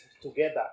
together